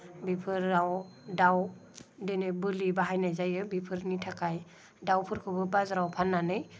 बेफोराव दाउ बिदिनो बोलि बाहायनाय जायो बेफोरनि थाखाय दाउफोरखौबो बाजाराव फाननानै